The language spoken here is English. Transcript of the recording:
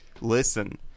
listen